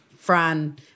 Fran